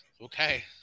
Okay